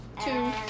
two